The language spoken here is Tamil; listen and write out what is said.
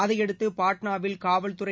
அதையடுத்து பாட்னாவில் காவல்துறை